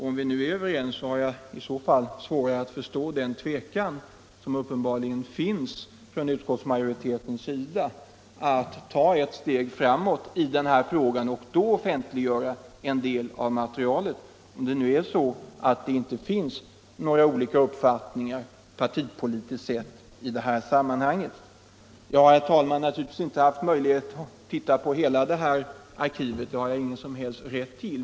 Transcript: Om vi är överens och om det nu inte råder några olika uppfattningar partipolitiskt sett i detta sammanhang, har jag svårt att förstå den tvekan som tydligen finns hos utskottsmajoriteten att ta ett steg framåt i denna fråga och offentliggöra en del av materialet. Jag har, herr talman, naturligtvis inte haft möjlighet att gå igenom hela detta arkiv. Det har jag ingen som helst rätt till.